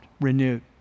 renewed